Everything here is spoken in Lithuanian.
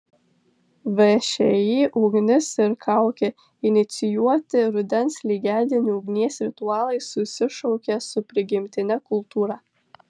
všį ugnis ir kaukė inicijuoti rudens lygiadienių ugnies ritualai susišaukia su prigimtine kultūra